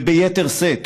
וביתר שאת.